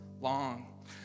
long